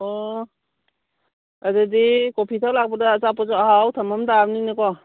ꯑꯣ ꯑꯗꯨꯗꯤ ꯀꯣꯐꯤ ꯊꯛ ꯂꯥꯛꯄꯗ ꯑꯆꯥꯄꯣꯠꯁꯨ ꯑꯍꯥꯎ ꯑꯍꯥꯎ ꯊꯝꯃꯝ ꯇꯥꯕꯅꯤꯅꯦꯀꯣ